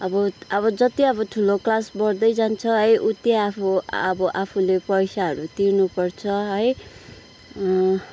अब अब जति अब ठुलो क्लास बढ्दै जान्छ है उति आफू अब आफूले पैसाहरू तिर्नु पर्छ है